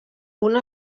una